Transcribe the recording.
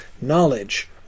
knowledge